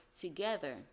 together